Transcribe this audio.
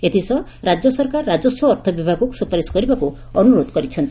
ଏଥିସହ ରାଜ୍ୟ ସରକାର ରାଜସ୍ୱ ଓ ଅର୍ଥ ବିଭାଗକୁ ସୁପାରିଶ କରିବାକୁ ଅନୁରୋଧ କରିଛନ୍ତି